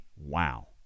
wow